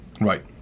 Right